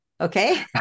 okay